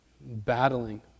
battling